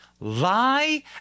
Lie